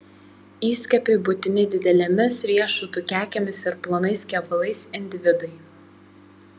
įskiepiui būtini didelėmis riešutų kekėmis ir plonais kevalais individai